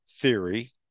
theory